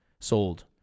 sold